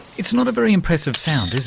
it's not a very impressive sound, is